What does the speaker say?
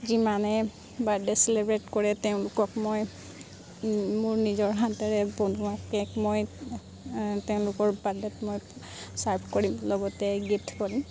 যিমানে birthday celebrate কৰে তেওঁলোকক মই মোৰ নিজৰ হাতেৰে বনোৱা কে'ক মই তেওঁলোকৰ বাৰ্থডে'ত মই ছাৰ্ভ কৰিম লগতে গিফ্ট কৰিম